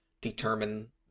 determine